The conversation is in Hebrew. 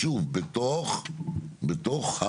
שוב, בתוך המסגרת.